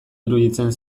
iruditzen